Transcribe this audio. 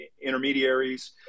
intermediaries